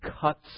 cuts